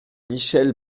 michèle